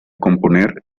componer